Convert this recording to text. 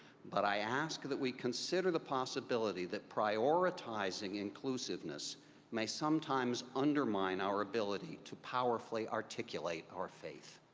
but i ask that we consider the possibility that prioritizeing inclusiveness may sometimes undermine our ability to powerfully articulate our faith.